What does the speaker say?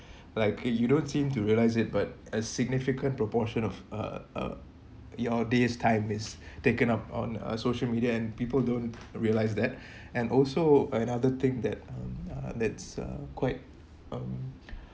like the you don't seem to realize it but a significant proportion of uh uh your day's time is taken up on uh social media and people don't realize that and also another thing that uh uh that's a quite um